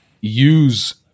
use